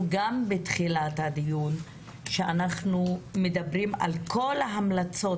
גם בתחילת הדיון על כך שאנחנו מדברים על כל ההמלצות,